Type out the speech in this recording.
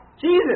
Jesus